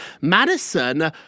Madison